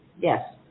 Yes